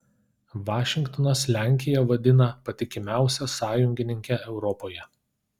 vašingtonas lenkiją vadina patikimiausia sąjungininke europoje